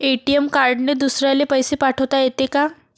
ATM कार्डने दुसऱ्याले पैसे पाठोता येते का?